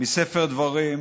מספר דברים,